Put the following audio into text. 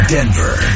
Denver